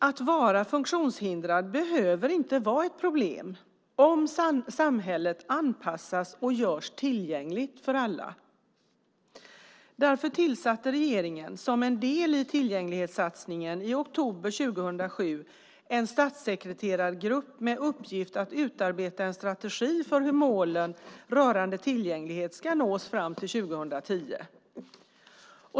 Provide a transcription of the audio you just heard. Att vara funktionshindrad behöver inte vara ett problem om samhället anpassas och görs tillgängligt för alla. Därför tillsatte regeringen som en del i tillgänglighetssatsningen i oktober 2007 en statssekreterargrupp med uppgift att utarbeta en strategi för hur målen rörande tillgänglighet ska nås fram till 2010.